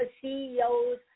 CEOs